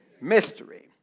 Mystery